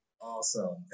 Awesome